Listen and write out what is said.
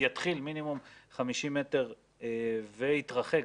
מינימום 50 מטרים ויתרחק.